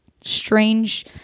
strange